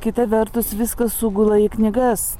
kita vertus viskas sugula į knygas